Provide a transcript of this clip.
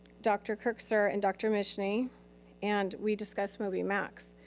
dr. kirksir and dr. mischney and we discussed moby max.